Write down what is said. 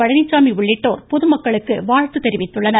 பழனிச்சாமி உள்ளிட்டோர் பொதுமக்களுக்கு வாழ்த்து தெரிவித்துள்ளனர்